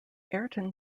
ayrton